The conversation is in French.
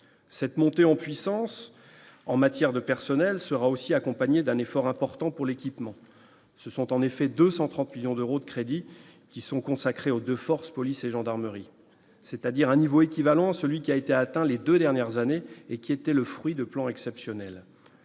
cette montée en puissance en matière de personnel sera aussi accompagnée d'un effort important pour l'équipement, ce sont en effet 230 millions d'euros de crédits qui sont consacrés aux de force, police et gendarmerie, c'est-à-dire un niveau équivalent à celui qui a été atteint les 2 dernières années et qui était le fruit de plan exceptionnel